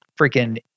freaking